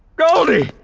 goldie,